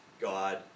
God